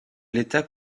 l’état